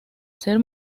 ser